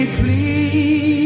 please